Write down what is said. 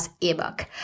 ebook